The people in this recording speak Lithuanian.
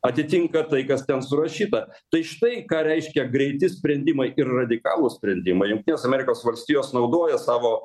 atitinka tai kas ten surašyta tai štai ką reiškia greiti sprendimai ir radikalūs sprendimai jungtinės amerikos valstijos naudoja savo